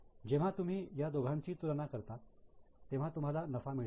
जेव्हा तुम्ही ह्या दोघांची तुलना करता तेव्हा तुम्हाला नफा मिळतो